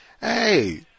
Hey